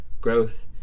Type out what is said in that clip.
growth